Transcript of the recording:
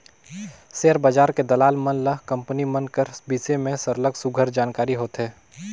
share बजार के दलाल मन ल कंपनी मन कर बिसे में सरलग सुग्घर जानकारी होथे